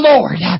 Lord